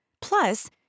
Plus